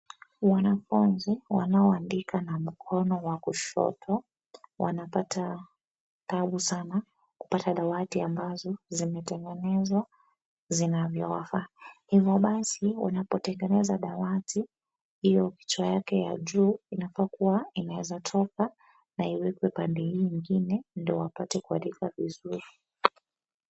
Wanafunzi wanaoandika kuwa mkono wa kushoto wanapata taabu sana kupata dawati ambazo zimetengezwa zinavyowafaa. Hivyo basi wanapotengeneza dawati hiyo kichwa yake ya juu inafaa kuwa inaweza toka na iwekwe pande hii ingine ndio wapate kuandika vizuri.